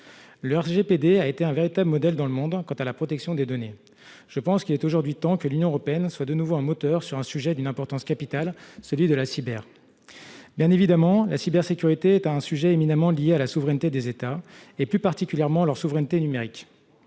(RGPD) a été un véritable modèle dans le monde en matière de protection des données. Je pense qu'il est aujourd'hui temps que l'Union européenne soit de nouveau un moteur sur un sujet d'une importance capitale : la cybersécurité. Bien évidemment, la cybersécurité est un sujet relevant de la souveraineté des États, plus particulièrement de leur souveraineté numérique.